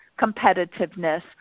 competitiveness